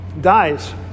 Dies